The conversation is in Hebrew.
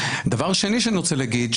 דבר שני שאני רוצה להגיד,